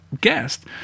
guest